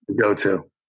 go-to